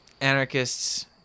Anarchists